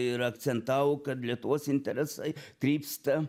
ir akcentavo kad lietuvos interesai krypsta